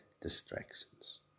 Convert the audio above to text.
distractions